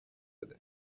بده